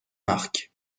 marques